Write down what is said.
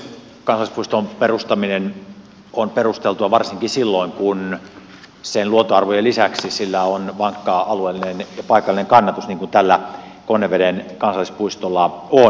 kansallispuiston perustaminen on perusteltua varsinkin silloin kun sillä luontoarvojen lisäksi on vankka alueellinen ja paikallinen kannatus niin kuin tällä konneveden kansallispuistolla on